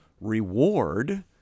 reward